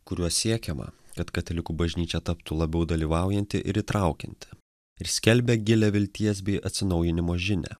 kuriuo siekiama kad katalikų bažnyčia taptų labiau dalyvaujanti ir įtraukianti ir skelbia gilią vilties bei atsinaujinimo žinią